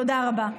תודה רבה.